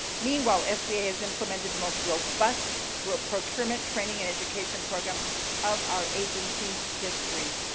meanwhile, sba has implemented the most robust procurement training and education program of our agency's history.